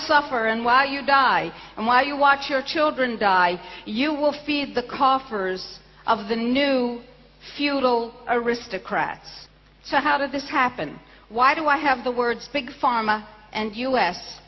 suffer and why you die and while you watch your children die you will feed the coffers of the new feudal aristocrats so how did this happen why do i have the words big pharma and u